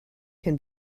can